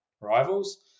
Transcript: rivals